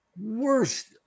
worst